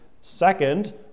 Second